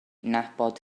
nabod